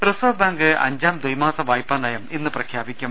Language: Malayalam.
റിസർവ് ബാങ്ക് അഞ്ചാം ദ്വൈമാസ വായ്പാ നയം ഇന്ന് പ്രഖ്യാപിക്കും